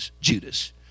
Judas